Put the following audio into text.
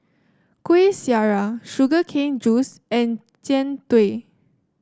Kuih Syara Sugar Cane Juice and Jian Dui